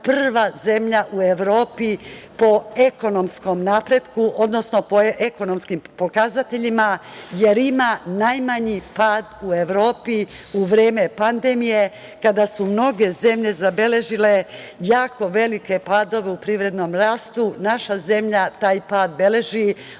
prva zemlja u Evropi po ekonomskom napretku, odnosno po ekonomskim pokazateljima, jer ima najmanji pad u Evropi u vreme pandemije kada su mnoge zemlje zabeležile jako velike padove u privrednom rastu, naša zemlja taj pad beleži od